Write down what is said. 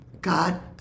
God